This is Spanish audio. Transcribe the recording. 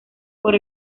por